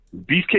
Beefcake